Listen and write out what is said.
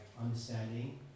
understanding